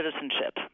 citizenship